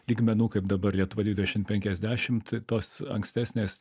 lygmenų kaip dabar lietuva dvidešim penkiasdešimt tos ankstesnės